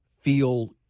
feel